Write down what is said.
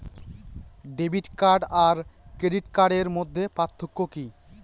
Debit card আর credit কার্ডের মধ্যে পার্থক্য কি?